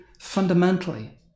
fundamentally